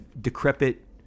decrepit